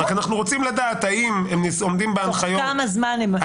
אבל אנחנו רוצים לדעת -- תוך כמה זמן הם נסגרו.